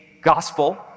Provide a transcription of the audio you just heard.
gospel